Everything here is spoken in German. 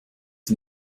die